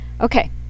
Okay